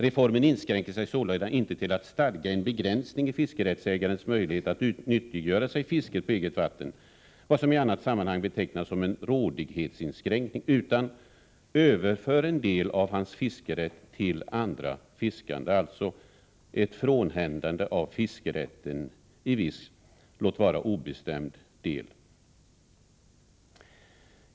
Reformen inskränks sålunda inte till att stadga en begränsning i fiskerättsägarens möjlighet att nyttiggöra sig fisket på eget vatten — vad som i annat sammanhang betecknats som en rådighetsinskränkning — utan därigenom överförs en del av hans fiskerätt till andra fiskande, dvs. ett frånhändande av fiskerätten i viss, låt vara obestämd, del.